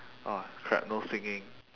ah crap no singing